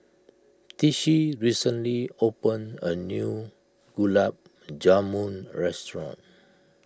Tishie recently opened a new Gulab Jamun restaurant